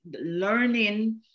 Learning